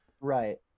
right